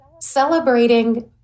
celebrating